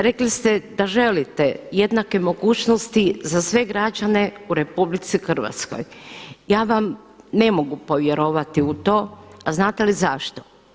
Rekli ste da želite jednake mogućnosti za sve građane u RH, ja vam ne mogu povjerovati u to, a znate li zašto?